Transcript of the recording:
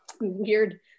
weird